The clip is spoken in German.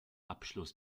abschluss